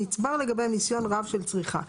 נצבר לגביהם ניסיון רב של צריכה.